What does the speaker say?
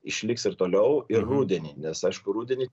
išliks ir toliau ir rudenį nes aišku rudenį